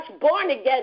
born-again